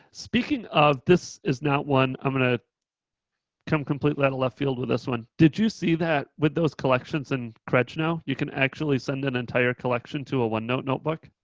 speaking of this is not one, i'm gonna come completely and left field with this one. did you see that with those collections and credge now you can actually send an entire collection to a onenote notebook?